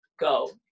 go